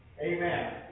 Amen